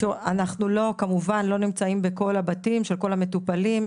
אנחנו כמובן לא נמצאים בכל הבתים של כל המטופלים.